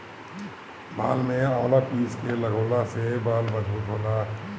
बाल में आवंला पीस के लगवला से बाल मजबूत होला